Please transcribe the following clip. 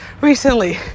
recently